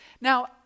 Now